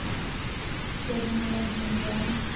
Sharmila Hembrom